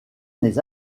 les